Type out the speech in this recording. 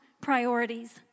priorities